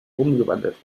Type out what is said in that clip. umgewandelt